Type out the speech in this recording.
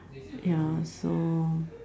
ya so